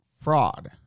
fraud